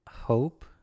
hope